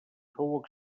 fou